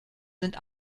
sind